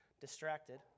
distracted